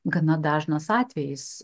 gana dažnas atvejis